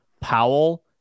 Powell